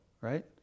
right